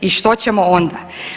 I što ćemo onda?